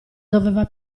doveva